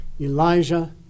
Elijah